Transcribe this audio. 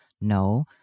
No